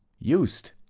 used.